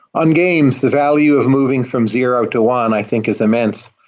on games, the value of moving from zero to one i think is immense.